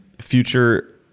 future